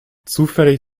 zufällig